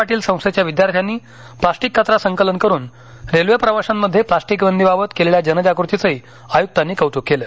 पाटील संस्थेच्या विद्यार्थ्यांनी प्लास्टिक कचरा संकलन करून रेल्वे प्रवाशांमध्ये प्लास्टिक बंदी बाबत केलेल्या जनजागृतीचही आयुक्तांनी कौतुक केलं